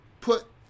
put